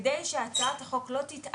כדי שהצעת החוק לא תתעיין.